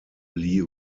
lee